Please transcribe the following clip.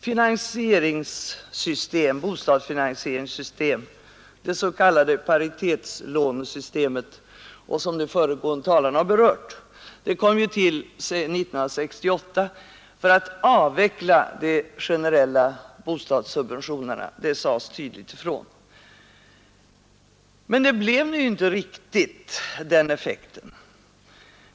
Det bostadsfinansieringssystem — det s.k. paritetslånesystemet — som de föregående talarna har berört kom till 1968 för att avveckla de generella bostadssubventionerna — detta sades tydligt ifrån. Systemet hade dock inte riktigt den effekten.